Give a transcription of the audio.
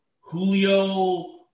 Julio